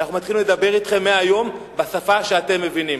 אנחנו מתחילים לדבר אתכם מהיום בשפה שאתם מבינים.